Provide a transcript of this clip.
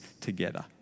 together